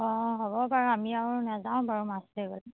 অঁ হ'ব বাৰু আমি আৰু নাযাওঁ বাৰু মাছ ধৰিবলৈ